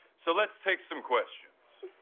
so let's take some questions.